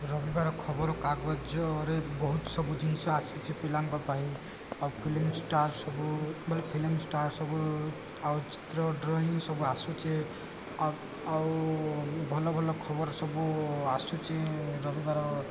ରବିବାର ଖବର କାଗଜରେ ବହୁତ ସବୁ ଜିନିଷ ଆସିଛେ ପିଲାଙ୍କ ପାଇଁ ଆଉ ଫିଲିମ୍ ଷ୍ଟାର୍ ସବୁ ମାନେ ଫିଲିମ୍ ଷ୍ଟାର୍ ସବୁ ଆଉ ଚିତ୍ର ଡ୍ରଇଂ ସବୁ ଆସୁଛେ ଆଉ ଆଉ ଭଲ ଭଲ ଖବର ସବୁ ଆସୁଛି ରବିବାର